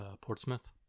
Portsmouth